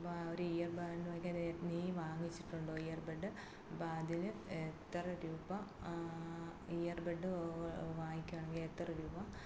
അപ്പോൾ ആ ഒരു ഇയർ ബെഡ് വാങ്ങിക്കാനാണ് നീ വാങ്ങിച്ചിട്ടുണ്ടോ ഇയർ ബെഡ് അപ്പോൾ അതിന് എത്ര രൂപ ഇയർ ബെഡ് വാങ്ങിക്കണമെങ്കിൽ എത്ര രൂപ